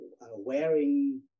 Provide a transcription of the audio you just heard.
wearing